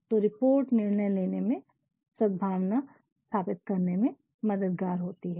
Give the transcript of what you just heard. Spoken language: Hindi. तो रिपोर्ट निर्णय लेने में और सद्भावना स्थापित करने में मददगार होती है